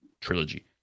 trilogy